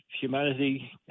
humanity